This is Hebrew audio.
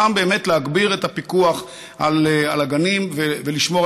גם באמת להגביר את הפיקוח על הגנים ולשמור